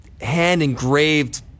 hand-engraved